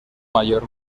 mayor